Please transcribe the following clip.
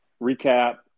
recap